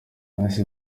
nonese